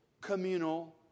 communal